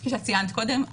כפי שציינת קודם,